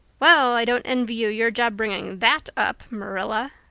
well, i don't envy you your job bringing that up, marilla,